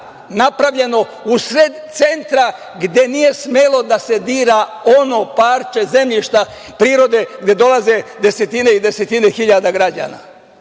napravljeno u sred centra gde nije smelo da se dira ono parče zemljišta prirode gde dolaze desetine i desetine hiljada građana.